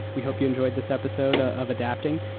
we hope you enjoyed this episode of adapting.